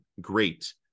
great